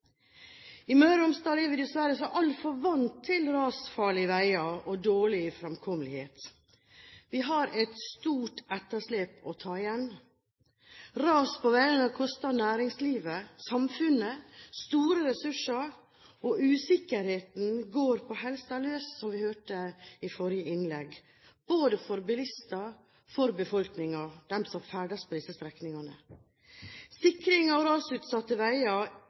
I Møre og Romsdal er vi dessverre så altfor vant til rasfarlige veier og dårlig fremkommelighet. Vi har et stort etterslep å ta igjen. Ras på veiene koster samfunnet og næringslivet store ressurser, og usikkerheten går på helsa løs, som vi hørte i forrige innlegg, både for bilister og befolkningen, de som ferdes på disse strekningene. Sikring av rasutsatte veier